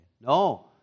No